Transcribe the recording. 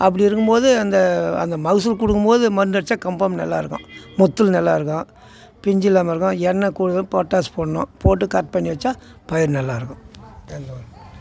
அப்படி இருக்கும் போது அந்த அந்த மகசூல் கொடுக்கும் போது மருந்து அடித்தா கன்ஃபார்ம் நல்லாயிருக்கும் முத்தல் நல்லாயிருக்கும் பிஞ்சில் அதுமாதிரி தான் என்ன கொடுக்குதோ பொட்டாஸ் போடணும் போட்டு கட் பண்ணி வெச்சால் பயிர் நல்லாயிருக்கும்